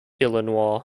illinois